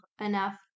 enough